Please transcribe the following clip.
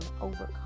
overcome